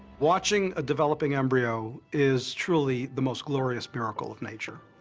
watching a developing embryo is truly the most glorious miracle of nature,